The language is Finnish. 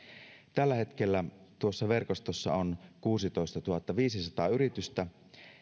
tällä hetkellä tuossa verkostossa on kuusitoistatuhattaviisisataa yritystä